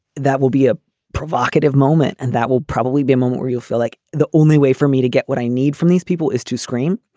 that will be a provocative moment. and that will probably be a moment where you'll feel like the only way for me to get what i need from these people is to scream.